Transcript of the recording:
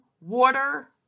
water